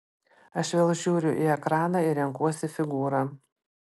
aš vėl žiūriu į ekraną ir renkuosi figūrą